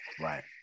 Right